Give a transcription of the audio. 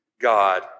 God